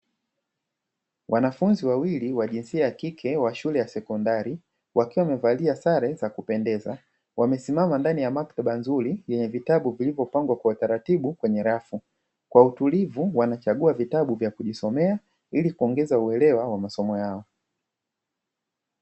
Wanafunzi wawili wa jinsia ya kike wa shule ya sekondari wake wamevalia sare za kupendeza, wamesimama ndani ya maktaba nzuri yenye vitabu vilivyopangwa kwa taratibu kwenye rafu kwa utulivu wanachagua vitabu vya kujisomea ili kuongeza uelewa wa masomo yao.